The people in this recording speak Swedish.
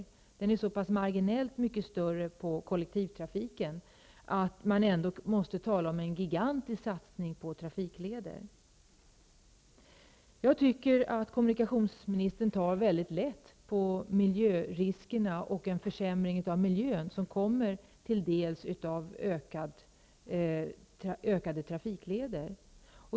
Satsningen är så pass marginellt större för kollektivtrafiken att man ändå måste säga att det sker en gigantisk satsning på trafikleder. Jag tycker att kommunikationsministern tar lätt på miljöriskerna och den försämring av miljön som följer av ett ökat antal trafikleder.